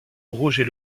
roger